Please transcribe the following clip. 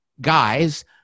guys